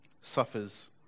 suffers